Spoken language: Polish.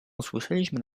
usłyszeliśmy